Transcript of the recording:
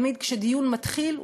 תמיד כשדיון מתחיל,